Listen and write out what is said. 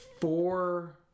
four